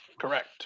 Correct